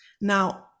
now